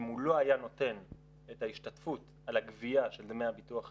אם הוא לא היה נותן את ההשתתפות על הגביה של דמי הביטוח הלאומי,